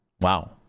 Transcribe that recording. Wow